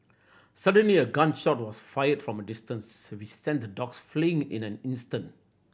suddenly a gun shot was fired from a distance which sent the dogs fleeing in an instant